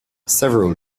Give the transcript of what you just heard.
several